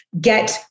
get